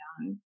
young